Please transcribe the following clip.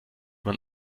man